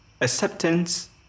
acceptance